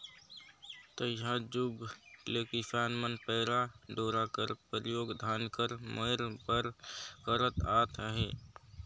तइहा जुग ले किसान मन पैरा डोरा कर परियोग धान कर मोएर बर करत आत अहे